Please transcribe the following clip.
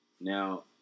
now